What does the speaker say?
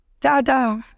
Dada